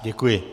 Děkuji.